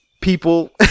people